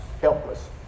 helpless